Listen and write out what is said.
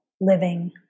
living